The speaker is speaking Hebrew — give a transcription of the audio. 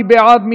מי בעד?